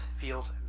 feels